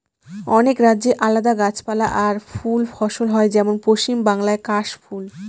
অনেক রাজ্যে আলাদা গাছপালা আর ফুল ফসল হয় যেমন পশ্চিম বাংলায় কাশ ফুল